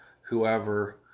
whoever